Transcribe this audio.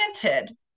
granted